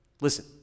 listen